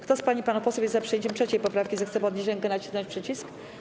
Kto z pań i panów posłów jest za przyjęciem 3. poprawki, zechce podnieść rękę i nacisnąć przycisk.